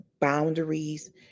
boundaries